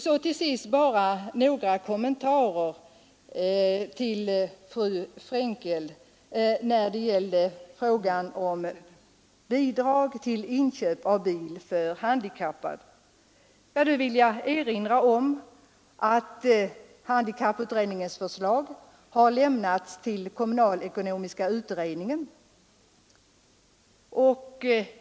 Så till sist bara några kommentarer till fru Frenkel när det gäller frågan om bidrag till inköp av bil för handikappad. Jag vill erinra om att handikapputredningens förslag har lämnats till kommunalekonomiska utredningen.